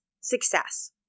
success